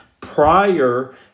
prior